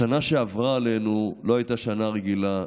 השנה שעברה עלינו לא הייתה שנה רגילה,